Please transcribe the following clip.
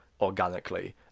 organically